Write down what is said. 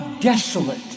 desolate